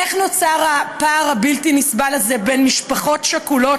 איך נוצר הפער הבלתי-נסבל הזה בין משפחות שכולות,